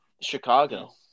Chicago